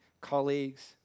colleagues